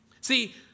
See